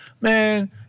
Man